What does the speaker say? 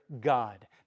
God